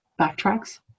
Backtracks